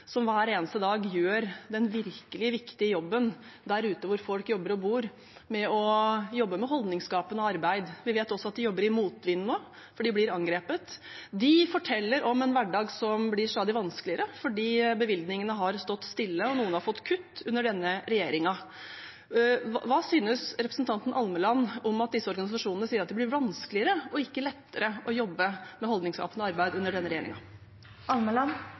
som hver eneste dag gjør den virkelig viktige jobben der ute hvor folk jobber og bor, med å jobbe med holdningsskapende arbeid, vet vi at jobber i motvind nå, for de blir angrepet. De forteller om en hverdag som blir stadig vanskeligere fordi bevilgningene har stått stille og noen har fått kutt under denne regjeringen. Hva synes representanten Almeland om at disse organisasjonene sier at det blir vanskeligere og ikke lettere å jobbe med holdningsskapende arbeid under denne